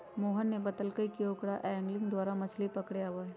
मोहन ने बतल कई कि ओकरा एंगलिंग द्वारा मछ्ली पकड़े आवा हई